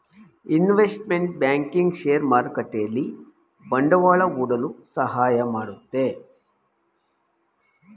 investment banking share ಮಾರುಕಟ್ಟೆಯಲ್ಲಿ ಬಂಡವಾಳ ಹೂಡಲು ಸಹಾಯ ಮಾಡುತ್ತೆ